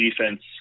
defense